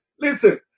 Listen